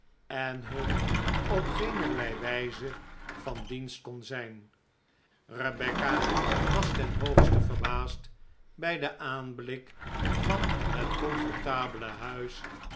en hun op geenerlei wijze van dienst kon zijn rebecca was ten hoogste verbaasd bij den aanblik van het comfortabele huis